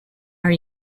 are